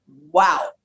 Wow